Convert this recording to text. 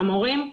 חמורים,